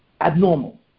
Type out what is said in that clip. abnormal